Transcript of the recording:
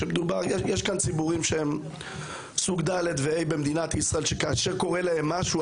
יש כאן ציבורים שהם סוג ד' ו-ה' במדינת ישראל שכאשר קורה להם משהו,